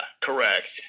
correct